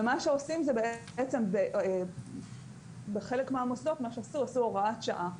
ומה שעושים בחלק מהמוסדות זה הוראת שעה,